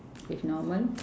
if normal